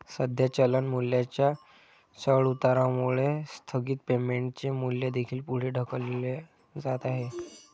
सध्या चलन मूल्याच्या चढउतारामुळे स्थगित पेमेंटचे मूल्य देखील पुढे ढकलले जात आहे